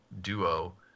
duo